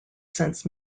since